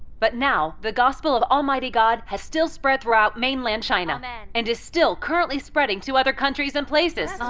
but now, the gospel of almighty god has still spread throughout mainland china. amen! and it's still currently spreading to other countries and places. um